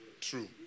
true